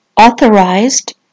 authorized